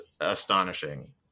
astonishing